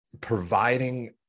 providing